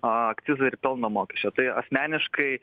akcizo ir pelno mokesčio tai asmeniškai